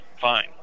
fine